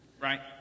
Right